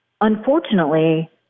unfortunately